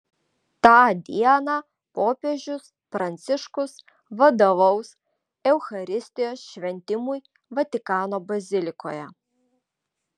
tą dieną popiežius pranciškus vadovaus eucharistijos šventimui vatikano bazilikoje